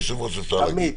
תמיד.